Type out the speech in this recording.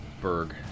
Berg